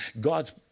God's